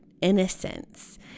innocence